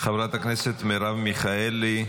חברת הכנסת מרב מיכאלי,